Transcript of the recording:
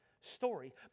story